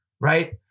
right